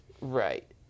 right